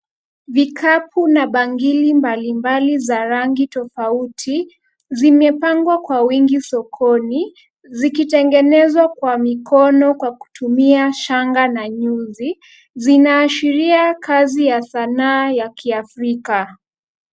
Vikapu na bangili mbalimbali za rangi tofauti zimepangwa kwa wingi sokoni zikitengenezwa kwa mikono kwa kutumia shanga na nyuzi ,zinaashiria kazi ya sanaa ya kiafrika